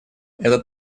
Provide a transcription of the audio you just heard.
этот